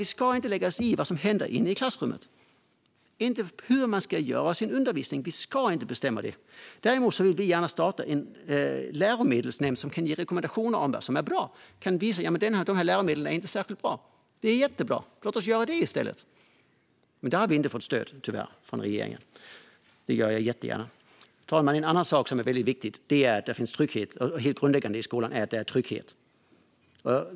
Vi ska inte lägga oss i vad som händer inne i klassrummet. Vi ska inte bestämma hur man ska genomföra sin undervisning. Däremot vill vi gärna starta en läromedelsnämnd som kan ge rekommendationer om vad som är bra och kan visa att andra läromedel inte är särskilt bra. Det är jättebra. Låt oss göra det i stället! Tyvärr har vi inte fått stöd från regeringen för det, men det gör jag jättegärna. Herr talman! En annan sak som är väldigt viktig är att det finns trygghet. Trygghet är helt grundläggande i skolan.